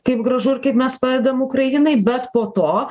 kaip gražu ir kaip mes padedam ukrainai bet po to